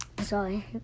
Sorry